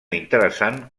interessant